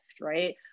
right